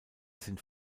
sind